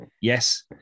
Yes